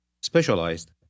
specialized